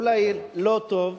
אולי לא טוב,